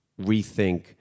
rethink